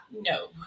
No